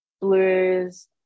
blues